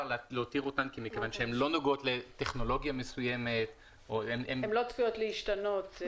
להותיר מכיוון שהן לא נוגעות לטכנולוגיה מסוימת ולא צפויות להשתנות.